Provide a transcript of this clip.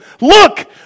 look